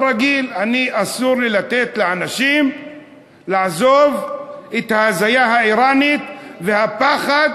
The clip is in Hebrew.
הרגיל: אסור לי לתת לאנשים לעזוב את ההזיה האיראנית והפחד,